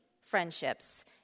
friendships